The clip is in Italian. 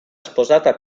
sposata